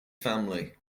family